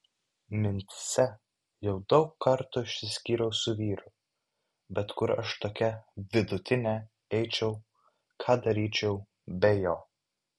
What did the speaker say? mintyse jau daug kartų išsiskyriau su vyru bet kur aš tokia vidutinė eičiau ką daryčiau be jo